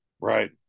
Right